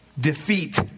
defeat